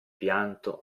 pianto